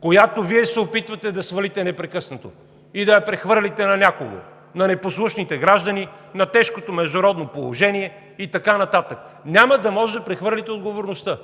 която Вие се опитвате да свалите непрекъснато и да я прехвърлите на някого – на непослушните граждани, на тежкото международно положение и така нататък. Няма да може да прехвърлите отговорността!